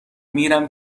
میرم